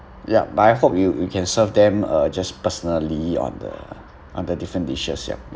yup but I hope you you can serve them uh just personally on the under different dishes yup yup